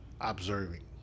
observing